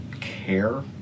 care